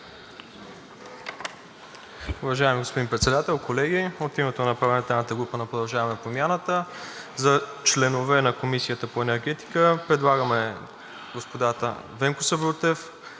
Уважаеми господин Председател, колеги! От името на парламентарната група на „Продължаваме Промяната“ за членове на Комисията по енергетика предлагаме господата Венко Сабрутев,